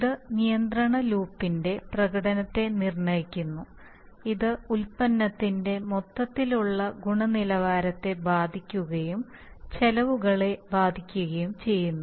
ഇത് നിയന്ത്രണ ലൂപ്പിന്റെ പ്രകടനത്തെ നിർണ്ണയിക്കുന്നു ഇത് ഉൽപ്പന്നത്തിന്റെ മൊത്തത്തിലുള്ള ഗുണനിലവാരത്തെ ബാധിക്കുകയും ചെലവുകളെ ബാധിക്കുകയും ചെയ്യുന്നു